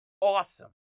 awesome